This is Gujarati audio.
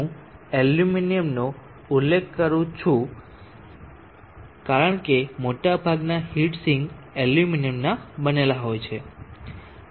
હું એલ્યુમિનિયમનો ઉલ્લેખ કરું છું કારણ કે મોટાભાગના હીટ સિંક એલ્યુમિનિયમના બનેલા હોય છે